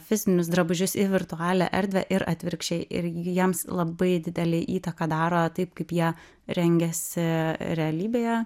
fizinius drabužius į virtualią erdvę ir atvirkščiai ir jiems labai didelę įtaką daro taip kaip jie rengiasi realybėje